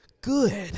good